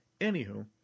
Anywho